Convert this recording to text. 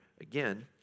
again